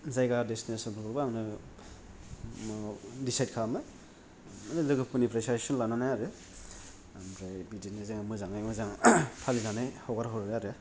जायगा देसटिनेसोन फोरखौबो आंनो दिचाइद खालामो लोगोफोरनिफ्राय फैसा एसे लानानै आरो आमफराय बिदिनो जों मोजाङै मोजां फालिनानै हगारहरो आरो